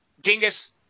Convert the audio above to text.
Dingus